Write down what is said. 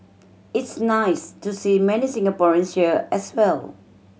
it's nice to see many Singaporeans here as well